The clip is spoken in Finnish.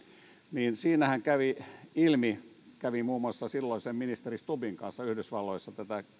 niin siinähän kävi ilmi kävin muun muassa silloisen ministeri stubbin kanssa yhdysvalloissa tätä